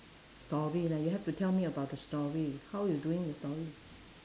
story leh you have to tell me about the story how you doing the story